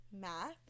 Math